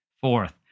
Fourth